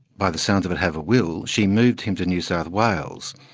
by the sounds of it, have a will, she moved him to new south wales,